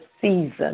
season